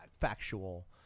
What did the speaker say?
factual